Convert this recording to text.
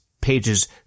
pages